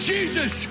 Jesus